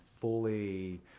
fully